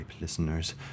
listeners